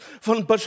von